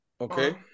Okay